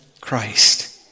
Christ